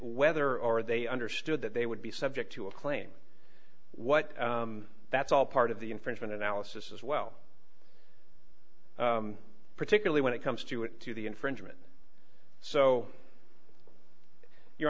whether they understood that they would be subject to a claim what that's all part of the infringement analysis as well particularly when it comes to it to the infringement so you